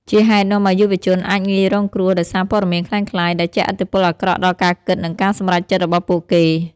ជាហេតុនាំឲ្យយុវជនអាចងាយរងគ្រោះដោយសារព័ត៌មានក្លែងក្លាយ ដែលជះឥទ្ធិពលអាក្រក់ដល់ការគិត និងការសម្រេចចិត្តរបស់ពួកគេ។